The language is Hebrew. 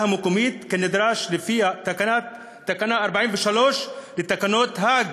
המקומית כנדרש לפי תקנה 43 לתקנות האג,